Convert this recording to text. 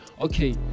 Okay